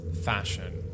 fashion